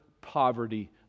poverty